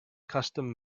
custom